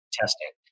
testing